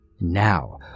Now